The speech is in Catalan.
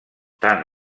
tant